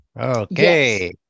Okay